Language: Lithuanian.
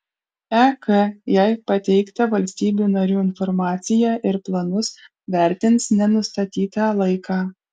ek jai pateiktą valstybių narių informaciją ir planus vertins nenustatytą laiką